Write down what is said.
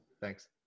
Thanks